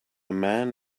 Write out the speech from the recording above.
man